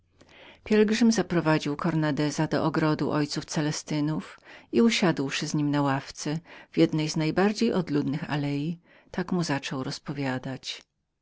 pielgrzym zaprowadził cornandeza do ogrodu oo celestynów i usiadłszy z nim na ławce w najbardziej odosobionem miejscu przechadzki tak mu jął rozpowiadać